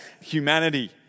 humanity